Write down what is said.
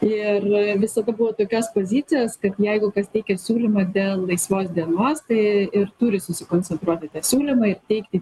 ir visada buvau tokios pozicijos kad jeigu kas teikia siūlymą dėl laisvos dienos tai ir turi susikoncentruoti į tą siūlymą ir teikti